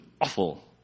awful